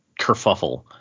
kerfuffle